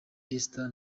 esther